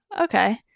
okay